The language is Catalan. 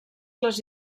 les